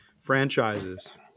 franchises